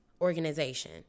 organization